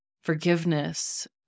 forgiveness